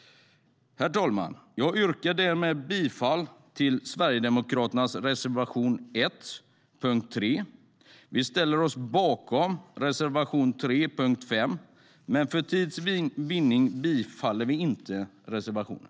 Herr talman! Jag yrkar därmed bifall till Sverigedemokraternas reservation 1 under punkt 3. Vi ställer oss bakom reservation 3 under punkt 5, men för tids vinnande yrkar vi inte bifall till den reservationen.